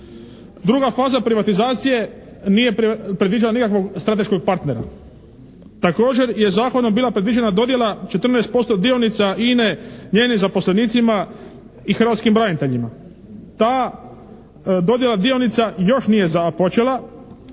Druga faza privatizacije nije predviđala nikakvog strateškog partnera. Također je zakonom bila predviđena dodjela 14% dionica INA-e njenim zaposlenicima i hrvatskim braniteljima. Ta dodjela dionica još nije započela,